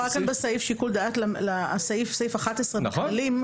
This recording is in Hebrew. אני רואה כאן בסעיף שיקול דעת, סעיף 11 בכללים,